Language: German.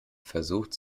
versucht